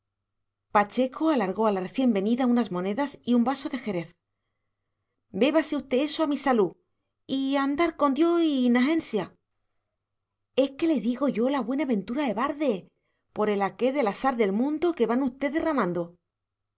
pacheco alargó a la recién venida unas monedas y un vaso de jerez bébase usté eso a mi salú y andar con dios y najensia e que les igo yo la buenaventura e barde por el aqué de la sal der mundo que van ustés derramando